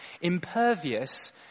impervious